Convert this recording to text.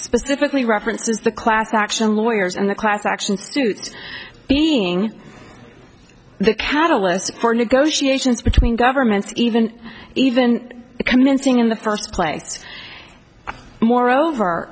specifically references the class action lawyers and the class action suit being the catalyst for negotiations between governments even even commencing in the first place moreover